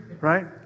right